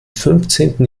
fünfzehnten